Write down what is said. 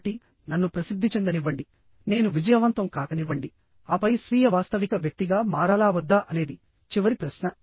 కాబట్టి నన్ను ప్రసిద్ధి చెందనివ్వండి నేను విజయవంతం కాకనివ్వండి ఆపై స్వీయ వాస్తవిక వ్యక్తిగా మారాలా వద్దా అనేది చివరి ప్రశ్న